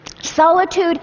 Solitude